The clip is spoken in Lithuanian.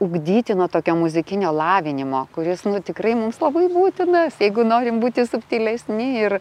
ugdyti no tokio muzikinio lavinimo kuris nu tikrai mums labai būtinas jeigu norim būti subtilesni ir